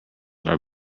are